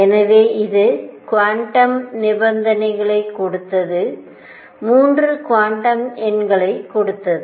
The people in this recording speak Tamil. எனவே இது குவாண்டம் நிபந்தனைகளைக் கொடுத்தது 3 குவாண்டம் எண்களைக் கொடுத்தது